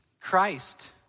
Christ